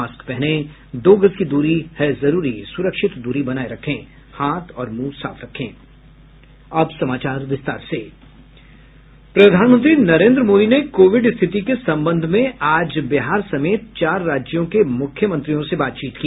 mask पहनें दो गज दूरी है जरूरी सुरक्षित दूरी बनाये रखें हाथ और मुंह साफ रखें अब समाचार विस्तार से प्रधानमंत्री नरेंद्र मोदी ने कोविड स्थिति के संबंध में आज बिहार समेत चार राज्यों के मुख्यमंत्रियों से बातचीत की